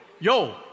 Yo